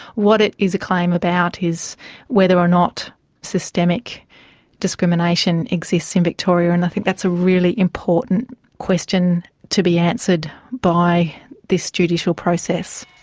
what it is a claim about is whether or not systemic discrimination exists in victoria and i think that's a really important question to be answered by this judicial process.